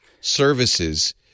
services